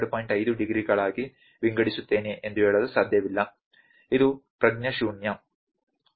5 ಡಿಗ್ರಿಗಳಾಗಿ ವಿಂಗಡಿಸುತ್ತೇನೆ ಎಂದು ಹೇಳಲು ಸಾಧ್ಯವಿಲ್ಲ ಇದು ಪ್ರಜ್ಞಾಶೂನ್ಯ ಸರಿ